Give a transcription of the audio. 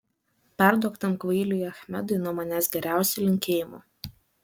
perduok tam kvailiui achmedui nuo manęs geriausių linkėjimų